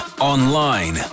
online